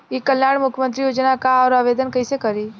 ई कल्याण मुख्यमंत्री योजना का है और आवेदन कईसे करी?